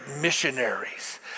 missionaries